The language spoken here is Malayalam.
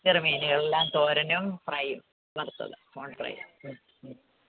ചെറുമീനുകളെല്ലാം തോരനും ഫ്രൈ വറുത്തത് ഓൾ ഫ്രൈ